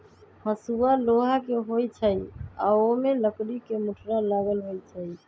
हसुआ लोहा के होई छई आ ओमे लकड़ी के मुठरा लगल होई छई